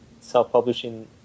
self-publishing